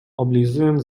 oblizując